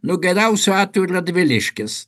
nu geriausiu atveju radviliškis